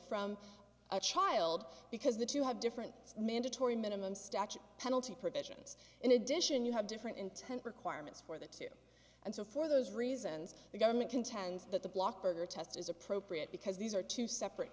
from a child because the two have different mandatory minimum statute penalty provisions in addition you have different intent requirements for the two and so for those reasons the government contends that the block berger test is appropriate because these are two separate